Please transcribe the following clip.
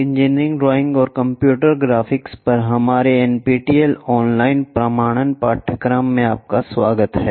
engineering drawing और computer graphics पर हमारे एनपीटीईएल ऑनलाइन प्रमाणन पाठ्यक्रम में आपका स्वागत है